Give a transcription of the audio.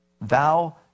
Thou